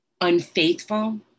unfaithful